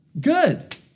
good